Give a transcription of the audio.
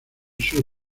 sur